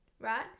right